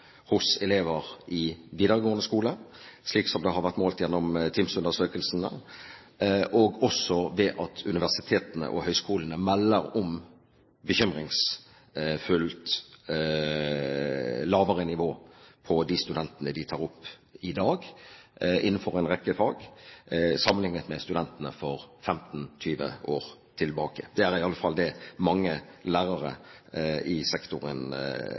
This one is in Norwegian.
hos elever i videregående skole, slik som det har vært målt gjennom TIMSS-undersøkelsene, og også at universitetene og høyskolene melder om et bekymringsfullt lavere nivå på de studentene de tar opp i dag, innenfor en rekke fag, sammenlignet med studentene for 15–20 år tilbake. Det er i alle fall det mange lærere i sektoren